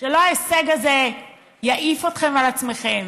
שההישג הזה לא יעיף אתכם על עצמכם.